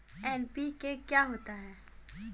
NPK क्या होता है?